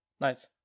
Nice